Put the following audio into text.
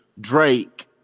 Drake